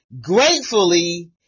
gratefully